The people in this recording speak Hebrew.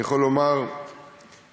אני יכול לומר שאני,